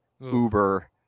Uber